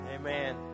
Amen